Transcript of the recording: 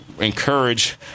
encourage